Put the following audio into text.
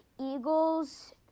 Eagles